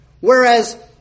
Whereas